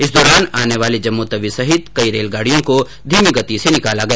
इस दौरान आने वाली जम्मूतवी सहित कई रेलगाडियों को धीमी गति से निकाला गया